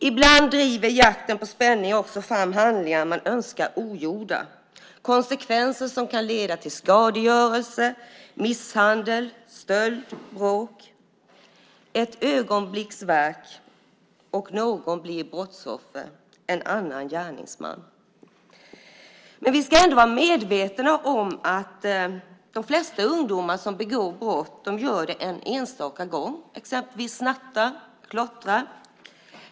Ibland driver jakten på spänning också fram handlingar man önskar ogjorda med konsekvenser som skadegörelse, misshandel, stöld och bråk. Ett ögonblicks verk och någon blir brottsoffer och en annan gärningsman. Vi ska ändå vara medvetna om att de flesta ungdomar som begår brott gör det en enstaka gång, till exempel snattar eller klottrar.